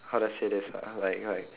how do I say this uh like like